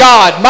God